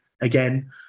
again